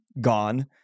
gone